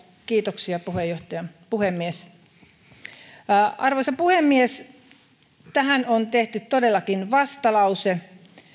kiitoksia puhemies arvoisa puhemies tähän on tehty todellakin vastalause